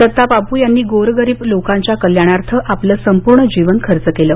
दत्ता बापू यांनी गोरगरीब लोकांच्या कल्याणार्थ आपलं संपूर्ण जीवन खर्च केलं